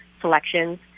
selections